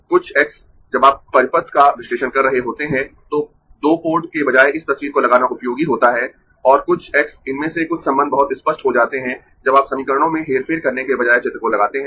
कुछ × जब आप परिपथ का विश्लेषण कर रहे होते है तो दो पोर्ट के बजाय इस तस्वीर को लगाना उपयोगी होता है और कुछ × इनमें से कुछ संबंध बहुत स्पष्ट हो जाते है जब आप समीकरणों में हेरफेर करने के बजाय चित्र को लगाते है